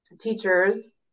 teachers